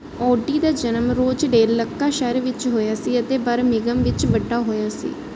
Audi ਦਾ ਜਨਮ Rochdale Lancashire ਵਿੱਚ ਹੋਇਆ ਸੀ ਅਤੇ ਬਰਮਿਘਮ ਵਿੱਚ ਵੱਡਾ ਹੋਇਆ ਸੀ